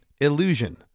illusion